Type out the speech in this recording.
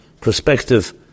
perspective